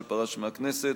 שפרש מהכנסת,